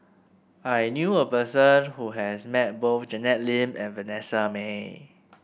I knew a person who has met both Janet Lim and Vanessa Mae